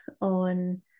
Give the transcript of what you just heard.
on